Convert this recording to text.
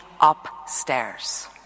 upstairs